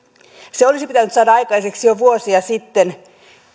se olisi pitänyt saada aikaiseksi jo vuosia sitten